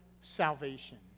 salvation